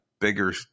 bigger